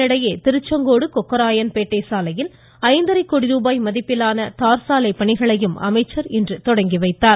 இதனிடையே திருச்செங்கோடு கொக்கராயன்பேட்டை சாலையில் ஐந்தரை கோடிரூபாய் மதிப்பிலான தார் சாலை பணிகளையும் அமைச்சர் இன்று துவக்கி வைத்தார்